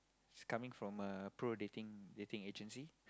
is coming from a pro dating dating agency